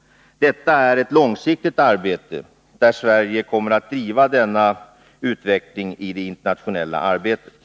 Detta är ett långsiktigt mål som Sverige kommer att verka för i det internationella arbetet.